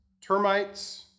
termites